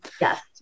Yes